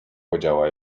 podziała